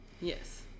yes